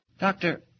Doctor